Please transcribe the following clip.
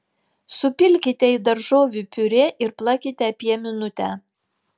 supilkite į daržovių piurė ir plakite apie minutę